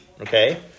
okay